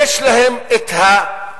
יש להם הקשרים